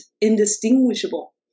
indistinguishable